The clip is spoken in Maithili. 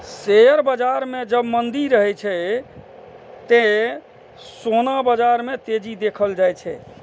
शेयर बाजार मे जब मंदी रहै छै, ते सोना बाजार मे तेजी देखल जाए छै